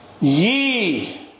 Ye